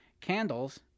candles